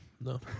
No